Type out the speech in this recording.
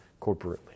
corporately